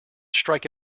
strike